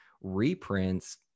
reprints